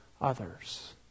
others